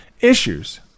issues